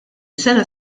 sena